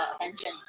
attention